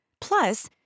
Plus